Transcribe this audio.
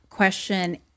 Question